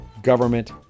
government